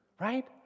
right